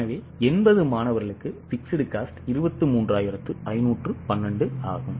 எனவே 80 மாணவர்களுக்கு fixed cost 23512 ஆகும்